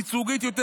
ייצוגית יותר.